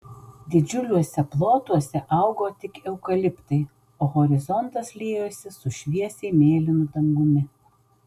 didžiuliuose plotuose augo tik eukaliptai o horizontas liejosi su šviesiai mėlynu dangumi